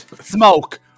Smoke